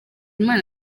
imana